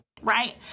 right